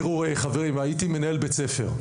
תראו חברים הייתי מנהל בית ספר,